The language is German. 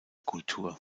kultur